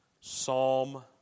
Psalm